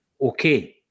Okay